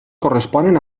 corresponen